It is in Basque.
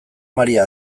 maria